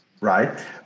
right